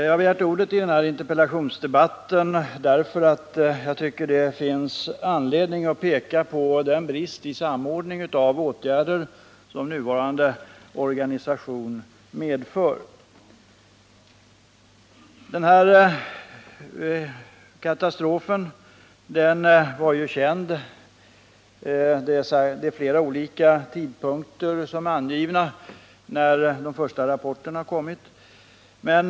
Jag har begärt ordet i denna interpellationsdebatt därför att jag tycker att det finns anledning att peka på den brist i samordningen av olika åtgärder som nuvarande organisation medför. Flera olika tidpunkter är angivna när det gäller de första rapporterna om katastrofen.